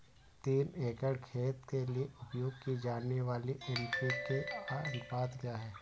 तीन एकड़ खेत के लिए उपयोग की जाने वाली एन.पी.के का अनुपात क्या है?